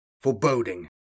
foreboding